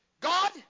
God